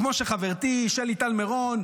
כמו שחברתי שלי טל מירון,